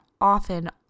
Often